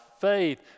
faith